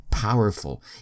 powerful